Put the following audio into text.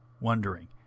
wondering